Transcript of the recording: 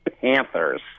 Panthers